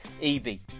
Evie